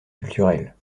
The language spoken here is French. culturel